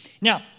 Now